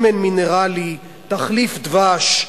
שמן מינרלי, תחליף דבש,